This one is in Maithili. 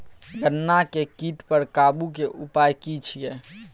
गन्ना के कीट पर काबू के उपाय की छिये?